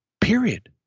period